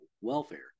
welfare